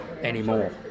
anymore